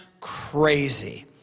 crazy